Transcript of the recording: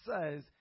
says